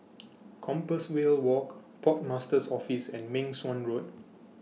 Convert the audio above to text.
Compassvale Walk Port Master's Office and Meng Suan Road